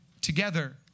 together